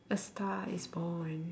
a star is born